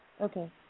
Okay